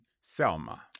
Selma